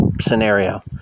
scenario